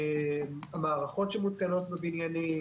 המערכות המותקנות בבניינים,